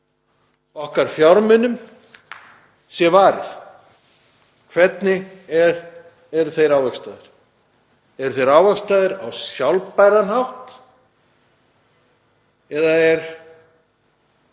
okkar fjármunum, sé varið. Hvernig eru þeir ávaxtaðir? Eru þeir ávaxtaðir á sjálfbæran hátt eða eru